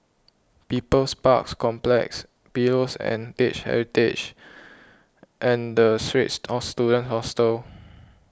People's Park Complex Pillows and Heritage and Straits Students Hostel